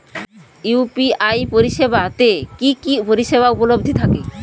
UPI পরিষেবা তে কি কি পরিষেবা উপলব্ধি থাকে?